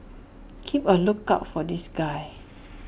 keep A lookout for this guy